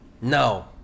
No